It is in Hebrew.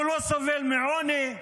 הוא לא סובל מעוני,